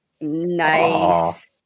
Nice